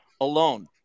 alone